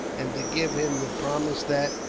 and to give him the promise that,